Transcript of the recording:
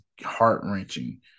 heart-wrenching